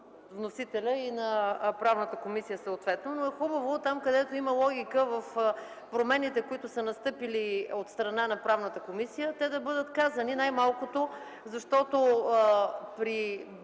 съответно на Правната комисия. Но е хубаво, там където има логика в промените, които са настъпили от страна на Правната комисия, те да бъдат казани, най-малкото, защото при